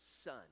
son